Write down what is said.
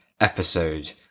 episode